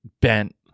bent